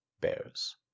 bears